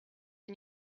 and